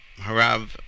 Harav